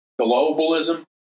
Globalism